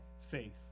faith